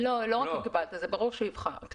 לא קיבלתי, זה ברור לכולם.